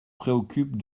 préoccupe